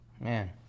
Man